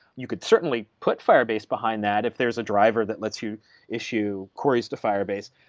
you could certainly put firebase behind that if there is a driver that lets you issue quarries the firebase.